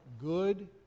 Good